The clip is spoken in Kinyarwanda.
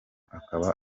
akaba